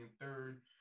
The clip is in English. third